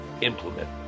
implement